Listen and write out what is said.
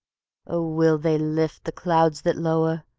oh, will they lift the clouds that low'r,